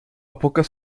pocas